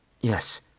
Yes